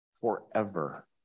forever